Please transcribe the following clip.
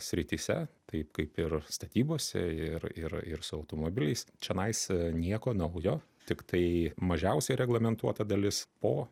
srityse taip kaip ir statybose ir ir ir su automobiliais čenais nieko naujo tiktai mažiausiai reglamentuota dalis po